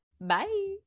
Bye